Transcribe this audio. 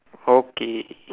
okay